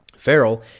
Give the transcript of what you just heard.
Farrell